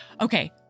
Okay